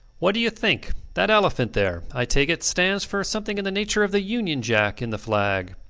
what do you think? that elephant there, i take it, stands for something in the nature of the union jack in the flag.